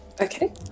Okay